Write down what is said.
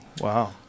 Wow